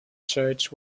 church